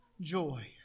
joy